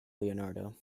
leonardo